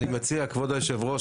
כבוד היושב ראש,